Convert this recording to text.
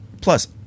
plus